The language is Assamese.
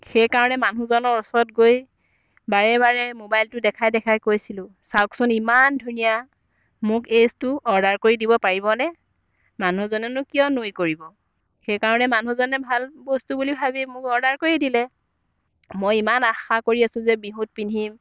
সেইকাৰণে মানুহজনৰ ওচৰত গৈ বাৰে বাৰে ম'বাইলটো দেখাই দেখাই কৈছিলোঁ চাওকচোন ইমান ধুনীয়া মোক এইটো অৰ্ডাৰ কৰি দিব পাৰিবনে মানুহজনেনো কিয় নুই কৰিব সেইকাৰণে মানুহজনে ভাল বস্তু বুলি ভাবি মোক অৰ্ডাৰ কৰি দিলে মই ইমান আশা কৰি আছো যে বিহুত পিন্ধিম